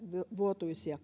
vuotuisia